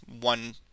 one